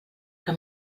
que